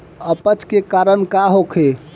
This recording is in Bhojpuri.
अपच के कारण का होखे?